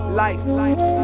life